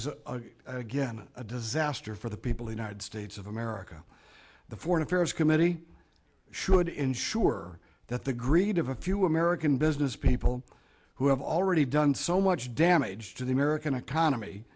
is again a disaster for the people who need states of america the foreign affairs committee should ensure that the greed of a few american business people who have already done so much damage to the american economy